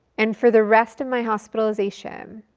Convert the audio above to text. and for the rest of my hospitalization,